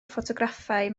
ffotograffau